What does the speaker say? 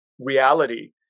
reality